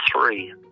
three